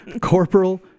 corporal